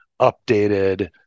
updated